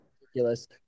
ridiculous